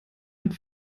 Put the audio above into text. mit